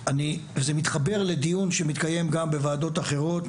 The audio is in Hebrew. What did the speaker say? זה מתחבר לדיון שמתקיים גם בוועדות אחרות,